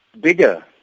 bigger